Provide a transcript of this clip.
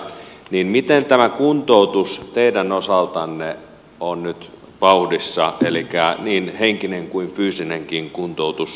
miten tämä kuntoutus teidän osaltanne on nyt vauhdissa elikkä niin henkinen kuin fyysinenkin kuntoutus rauhanturvaveteraanien osalta